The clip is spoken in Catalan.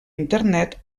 internet